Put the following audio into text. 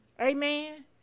Amen